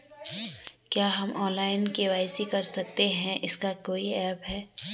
क्या हम online KYC कर सकते हैं इसका कोई ऐप है?